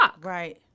Right